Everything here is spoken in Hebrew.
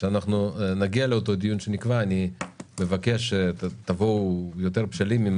אני מבקש שתבואו יותר בשלים,